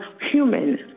human